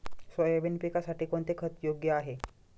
Soybean पिकासाठी कोणते खत योग्य आहे?